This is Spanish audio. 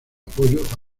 apoyo